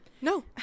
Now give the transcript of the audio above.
no